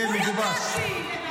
זה מגובש.